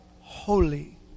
holy